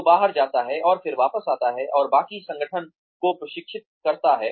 जो बाहर जाता है और फिर वापस आता है और बाकी संगठन को प्रशिक्षित करता है